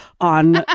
on